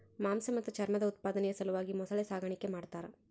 ಮಾಂಸ ಮತ್ತು ಚರ್ಮದ ಉತ್ಪಾದನೆಯ ಸಲುವಾಗಿ ಮೊಸಳೆ ಸಾಗಾಣಿಕೆ ಮಾಡ್ತಾರ